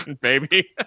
baby